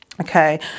okay